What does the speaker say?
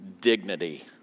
dignity